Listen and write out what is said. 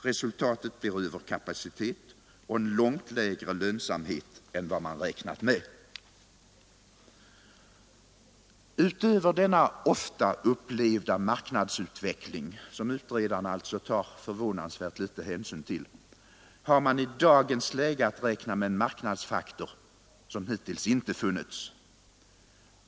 Resultaten blir då överkapacitet och en långt lägre lönsamhet än vad man räknat med, Utöver denna ofta upplevda marknadsutveckling, som utredarna alltså tar förvånansvärt litet hänsyn till, har man i dagens läge att räkna med en marknadsfaktor, som hittills inte funnits.